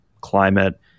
climate